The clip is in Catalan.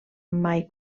mai